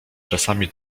czasami